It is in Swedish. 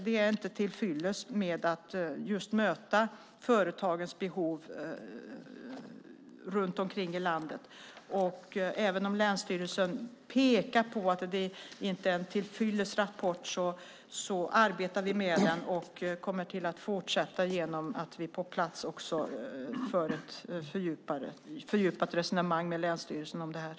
Det är inte till fyllest när det gäller att möta företagens behov runt omkring i landet. Även om länsstyrelsen pekar på att rapporten inte är till fyllest arbetar vi med den och kommer att fortsätta genom att vi på plats för ett fördjupat resonemang med länsstyrelsen om detta.